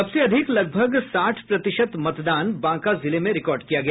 सबसे अधिक लगभग साठ प्रतिशत मतदान बांका जिले में रिकार्ड किया गया